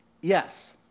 yes